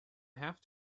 have